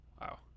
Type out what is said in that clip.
Wow